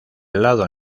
lado